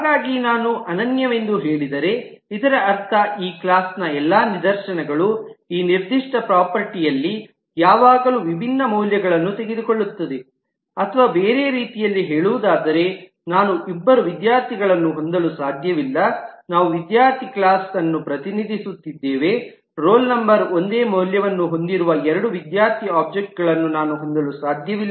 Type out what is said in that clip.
ಹಾಗಾಗಿ ನಾನು ಅನನ್ಯವೆಂದು ಹೇಳಿದರೆ ಇದರ ಅರ್ಥ ಈ ಕ್ಲಾಸ್ನ ಎಲ್ಲಾ ನಿದರ್ಶನಗಳು ಈ ನಿರ್ದಿಷ್ಟ ಪ್ರಾಪರ್ಟೀ ಯಾವಾಗಲೂ ವಿಭಿನ್ನ ಮೌಲ್ಯಗಳನ್ನು ತೆಗೆದುಕೊಳ್ಳುತ್ತದೆ ಅಥವಾ ಬೇರೆ ರೀತಿಯಲ್ಲಿ ಹೇಳುವುದಾದರೆ ನಾನು ಇಬ್ಬರು ವಿದ್ಯಾರ್ಥಿಗಳನ್ನು ಹೊಂದಲು ಸಾಧ್ಯವಿಲ್ಲ ನಾವು ವಿದ್ಯಾರ್ಥಿ ಕ್ಲಾಸನ್ನು ಪ್ರತಿನಿಧಿಸುತ್ತಿದ್ದೇವೆ ರೋಲ್ ನಂಬರ್ ಒಂದೇ ಮೌಲ್ಯವನ್ನು ಹೊಂದಿರುವ ಎರಡು ವಿದ್ಯಾರ್ಥಿ ಒಬ್ಜೆಕ್ಟ್ಸ್ ಗಳನ್ನು ನಾನು ಹೊಂದಲು ಸಾಧ್ಯವಿಲ್ಲ